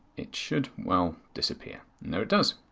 it should well disappear. and there it does.